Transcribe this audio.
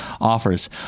offers